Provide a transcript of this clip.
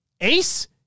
Ace